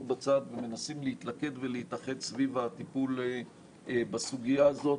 בצד ומנסים להתלכד ולהתאסף סביב הטיפול בסוגיה הזו,